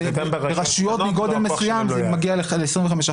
זה גם ברשויות מקומיות ----- ברשויות מגודל מסוים זה מגיע ל-25%,